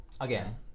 Again